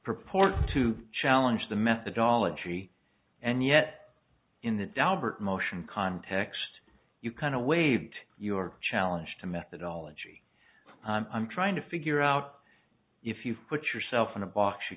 purport to challenge the methodology and yet in the daubert motion context you kind of wave your challenge to methodology i'm trying to figure out if you've put yourself in a box you